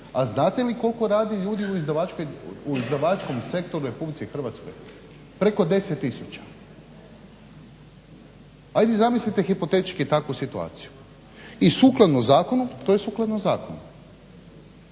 A znate li koliko radi ljudi u izdavačkom sektoru u Republici Hrvatskoj? Preko 10000. Hajde zamislite hipotetski takvu situaciju. I sukladno zakonu to je sukladno zakonu.